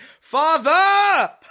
Father